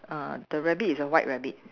uh the rabbit is a white rabbit